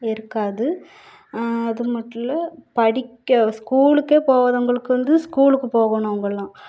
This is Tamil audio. ஏற்காது அது மட்டுமில்ல படிக்க ஸ்கூலுக்கே போகாதவங்களுக்கு வந்து ஸ்கூலுக்கு போகணும் அவங்கெல்லாம்